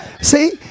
See